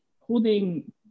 holding